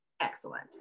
Excellent